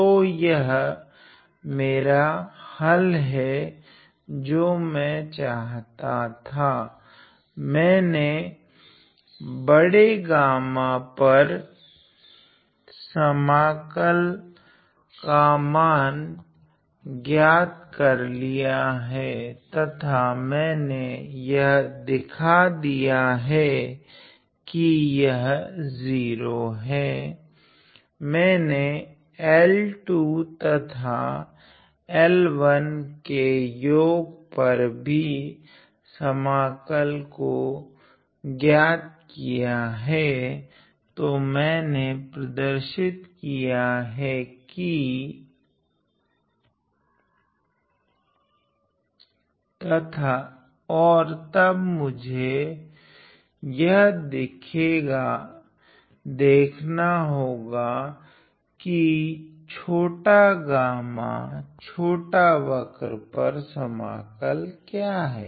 तो यह मेरा हल हैं जो मैं चाहता था तथा मेने बड़े गामा पर समाकल का मान ज्ञात कर लिया हैं तथा मेने यह दिखा दिया हैं कि यह 0 हैं मेने L1 तथा L2 के योग पर भी समाकल ज्ञात किया है तथा मेने प्रदर्शित किया हैं कि और तब मुझे यह देखना होगा कि छोटे गामा छोटे वक्र पर समाकल क्या हैं